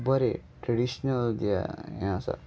बरें ट्रेडिशनल जें हें आसा